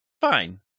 fine